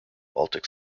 baltic